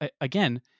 Again